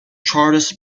charles